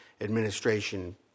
administration